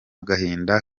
gahinda